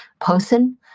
person